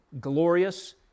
glorious